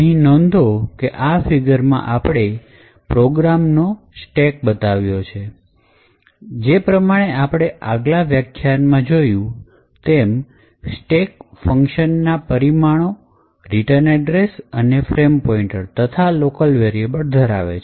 અહીં નોંધો કે આ ફિગરમાં આપણે પ્રોગ્રામનો stake બતાવ્યો છે જે પ્રમાણે આપણે આગલા વ્યાખ્યાનમાં જોયું તેમ state ફંકશનના પરિમાણો રિટર્ન એડ્રેસ અને ફ્રેમ પોઇન્ટ તથા local variable ધરાવે છે